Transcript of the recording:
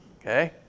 Okay